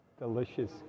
delicious